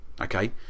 okay